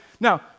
Now